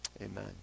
amen